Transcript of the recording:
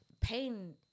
pain